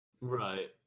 Right